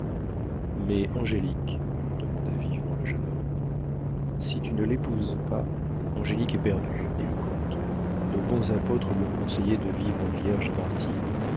mais angélique demanda vivement le jeune homme si tu ne l'épouses pas angélique est perdue dit le comte nos bons apôtres lui ont conseillé de vivre vierge et martyre